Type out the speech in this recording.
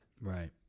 Right